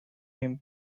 him